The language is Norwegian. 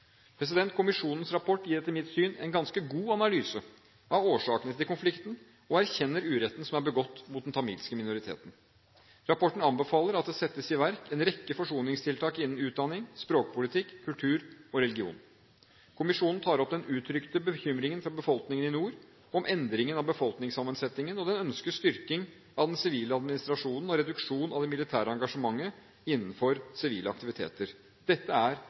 Kommisjonens rapport gir etter mitt syn en ganske god analyse av årsakene til konflikten og erkjenner uretten som er begått mot den tamilske minoriteten. Rapporten anbefaler at det settes i verk en rekke forsoningstiltak innen utdanning, språkpolitikk, kultur og religion. Kommisjonen tar opp den uttrykte bekymringen fra befolkningen i nord om endringen av befolkningssammensetningen, og den ønsker styrking av den sivile administrasjonen og reduksjon av det militære engasjementet innenfor sivile aktiviteter. Dette er